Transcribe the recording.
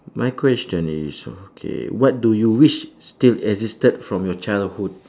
my question is okay what do you wish still existed from your childhood